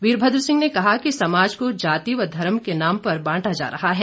वीरभद्र सिंह ने कहा कि समाज को जाति व धर्म के नाम पर बांटा जा रहा है